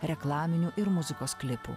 reklaminių ir muzikos klipų